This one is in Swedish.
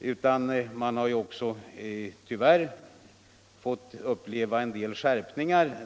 utan företagarna har tyvärr också fått uppleva en del skärpningar.